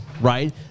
right